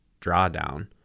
drawdown